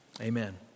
Amen